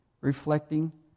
reflecting